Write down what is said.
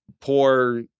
poor